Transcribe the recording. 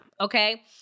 okay